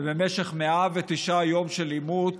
ובמשך 109 יום של עימות